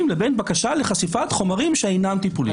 לבין בקשה לחשיפת חומרים שאינם טיפוליים.